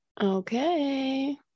okay